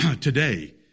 today